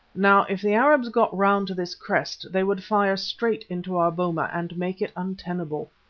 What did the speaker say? now if the arabs got round to this crest they would fire straight into our boma and make it untenable.